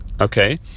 okay